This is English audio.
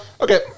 Okay